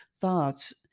thoughts